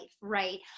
right